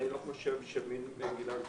אני לא חושב שמגילה כזאת,